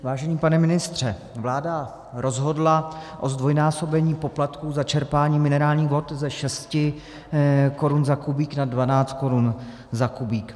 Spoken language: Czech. Vážený pane ministře, vláda rozhodla o zdvojnásobení poplatku za čerpání minerálních vod ze 6 korun za kubík na 12 korun za kubík.